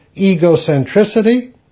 egocentricity